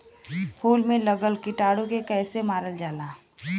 फूल में लगल कीटाणु के कैसे मारल जाला?